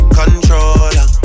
controller